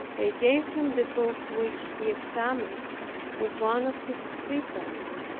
they gave him the book which he examined with one of his prebends.